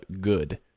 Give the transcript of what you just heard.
good